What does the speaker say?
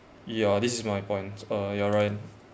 yeah this is my point uh yeah ryan